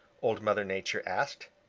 old mother nature asked.